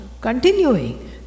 continuing